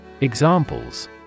Examples